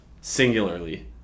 singularly